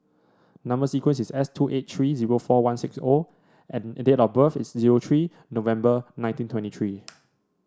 number sequence is S two eight three zero four one six O and date of birth is zero three November nineteen twenty three